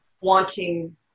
wanting